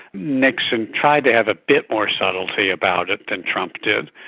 nixon tried to have a bit more subtlety about it than trump did.